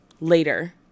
later